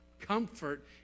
comfort